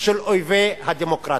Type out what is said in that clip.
של אויבי הדמוקרטיה.